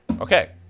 Okay